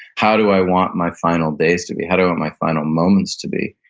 how do i want my final days to be? how do i want my final moments to be?